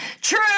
True